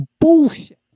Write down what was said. bullshit